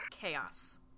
chaos